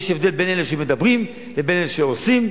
יש הבדל בין אלה שמדברים לבין אלה שעושים,